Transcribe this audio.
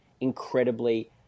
incredibly